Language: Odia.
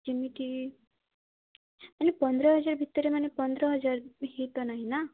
ଯେମିତି ମାନେ ପନ୍ଦର ହଜାର ଭିତରେ ମାନେ ପନ୍ଦର ହଜାର ହୋଇ ତ ନାହିଁ ନାଁ